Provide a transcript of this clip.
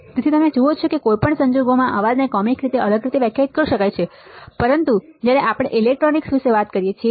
તેથી તમે જુઓ છો અને કોઈ પણ સંજોગોમાં અવાજ ને કોમિક રીતે પણ અલગ રીતે વ્યાખ્યાયિત કરી શકાય છે પરંતુ જ્યારે આપણે ઇલેક્ટ્રોનિક્સ વિશે વાત કરીએ છીએ